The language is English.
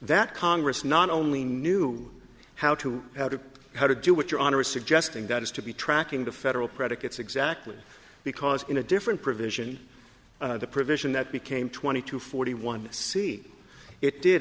that congress not only knew how to how to how to do what your honor is suggesting that is to be tracking to federal predicates exactly because in a different provision the provision that became twenty two forty one c it did